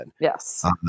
Yes